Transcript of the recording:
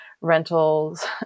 rentals